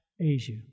Asia